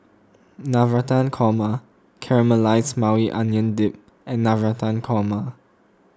Navratan Korma Caramelized Maui Onion Dip and Navratan Korma